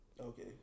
okay